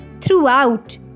throughout